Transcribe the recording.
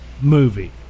movie